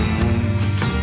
wounds